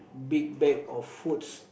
big bag of foods